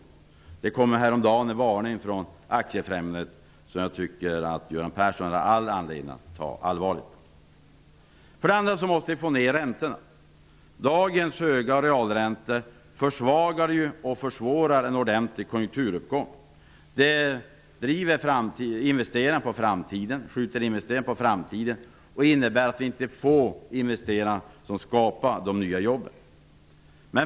Det kom häromdagen en varning från Aktiefrämjandet, som jag tycker att Göran Persson har all anledning att ta allvarligt på. För det andra måste vi få ner räntorna. Dagens höga realräntor försvagar och försvårar en ordentlig konjunkturuppgång. Investeringarna skjuts på framtiden, och det innebär att de investeringar som skulle kunna skapa de nya jobben inte kommer till stånd.